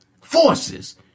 forces